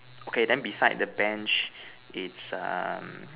okay then beside the Bench it's um